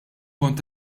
kont